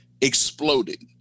exploded